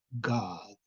God